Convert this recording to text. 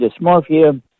dysmorphia